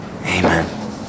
Amen